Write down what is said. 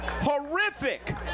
horrific